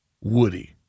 Woody